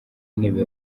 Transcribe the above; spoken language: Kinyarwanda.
intebe